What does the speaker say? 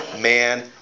Man